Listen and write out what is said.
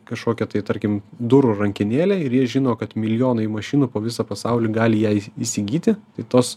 kažkokią tai tarkim durų rankenėlę ir jie žino kad milijonai mašinų po visą pasaulį gali ją į įsigyti tai tos